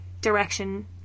direction